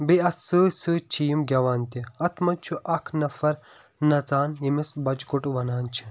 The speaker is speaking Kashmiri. بیٚیہِ اَتھ سۭتۍ سۭتۍ چھِ یِم گیٚوان تہِ اَتھ منٛز چھُ اکھ نَفر نَژان ییٚمِس بَچہٕ کوٚٹ وَنان چھِ